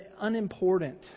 unimportant